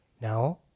Now